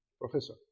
Professor